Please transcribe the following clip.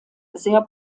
sehr